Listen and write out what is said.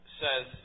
says